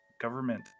government